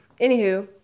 Anywho